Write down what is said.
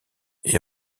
est